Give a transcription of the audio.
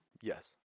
Yes